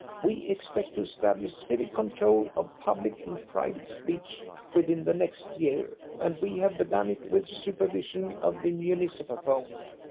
we expect to establish civic control of public and private speech within the next year, and we have begun it with supervision of the municipaphone.